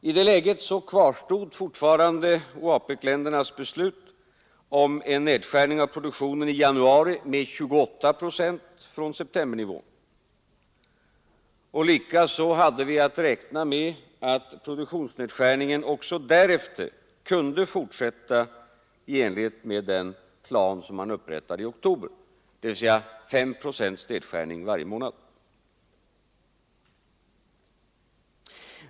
I det läget kvarstod fortfarande OAPEC-ländernas beslut om en nedskärning av produktionen i januari med 28 procent från septembernivån. Likaså hade vi att räkna med att produktionsnedskärningen även därefter kunde fortsätta i enlighet med den plan som man upprättat i oktober, dvs. 5 procents nedskärning varje månad.